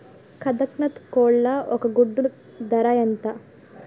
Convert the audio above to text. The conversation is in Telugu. కదక్నత్ కోళ్ల ఒక గుడ్డు ధర ఎంత?